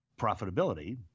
profitability